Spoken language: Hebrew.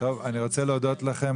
אני רוצה להודות לכם,